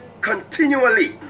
continually